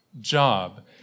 job